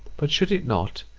but should it not,